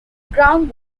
ground